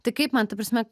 tai kaip man ta prasme